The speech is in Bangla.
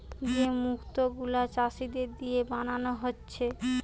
যে মুক্ত গুলা চাষীদের দিয়ে বানানা হচ্ছে